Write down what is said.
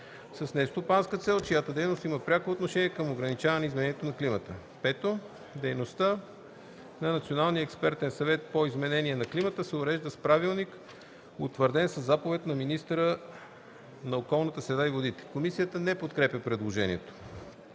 с нестопанска цел, чиято дейност има пряко отношение към ограничаване изменението на климата. (5) Дейността на Националния експертен съвет по изменение на климата се урежда с правилник, утвърден със заповед на министъра на околната среда и водите.” Комисията не подкрепя предложението.